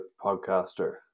podcaster